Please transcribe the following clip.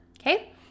okay